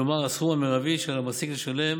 כלומר הסכום המרבי שעל המעסיק לשלם